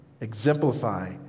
exemplify